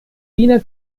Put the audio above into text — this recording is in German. wiener